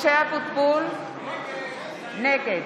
משה אבוטבול, נגד